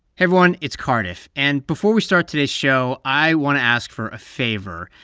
everyone. it's cardiff. and before we start today's show, i want to ask for a favor.